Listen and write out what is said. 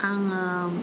आङो